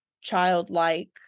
childlike